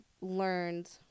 learned